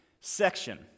section